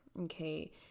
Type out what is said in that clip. okay